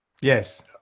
yes